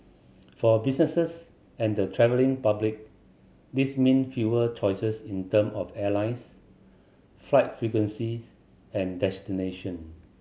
for businesses and the travelling public this mean fewer choices in term of airlines flight frequencies and destination